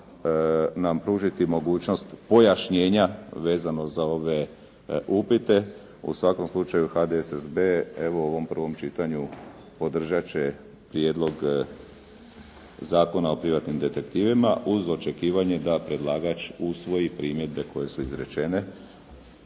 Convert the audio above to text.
nam pružiti mogućnost pojašnjenja vezano za ove upite. U svakom slučaju HDSSB, evo u ovom prvom čitanju podržati će Prijedlog zakona o privatnim detektivima, uz očekivanje da predlagač usvoji primjedbe koje su izrečene